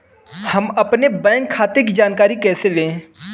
हम अपने बैंक खाते की जानकारी कैसे लें?